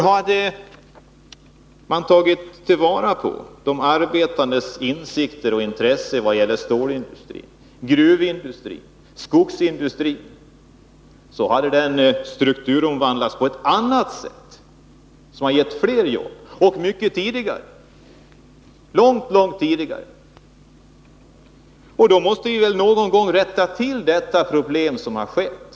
Hade man tagit till vara de arbetandes insikter och intressen vad gäller stålindustrin, gruvindustrin och skogsindustrin, hade länet strukturomvandlats på ett annat sätt som hade gett fler jobb — och långt tidigare. Vi måste ju någon gång rätta till de problem som har uppstått.